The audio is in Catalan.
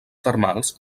termals